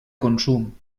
consum